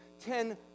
ten